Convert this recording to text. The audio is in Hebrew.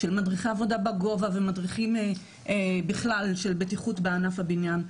מדריכי עבודה בגובה ומדריכים בכלל של בטיחות בענף הבניין.